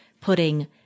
putting